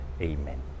Amen